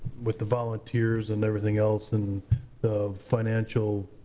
with the volunteers, and everything else. and the financial